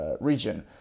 region